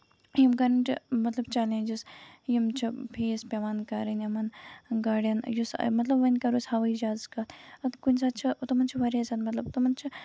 یِم کرن مطلب چیلینجِز یِم چھِ فیس پیوان کَرٕنۍ یِمن گاڑین یُس مطلب وۄنۍ کرو أسۍ ہوٲیی جَہازٕچ کَتھ مطلب کُنہِ ساتہٕ چھِ تٔمَس چھُ واریاہ زیادٕ مطلب تِمَن چھُ یہِ